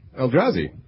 Eldrazi